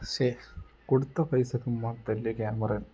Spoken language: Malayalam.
പക്ഷേ കൊടുത്ത പൈസക്ക് മുതൽ ക്യാമറയാണ്